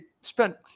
spent